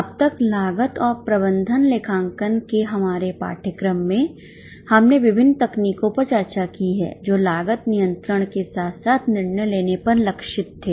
अब तक लागत और प्रबंधन लेखांकन के हमारे पाठ्यक्रम में हमने विभिन्न तकनीकों पर चर्चा की है जो लागत नियंत्रण के साथ साथ निर्णय लेने पर लक्षित थे